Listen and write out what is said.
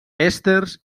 èsters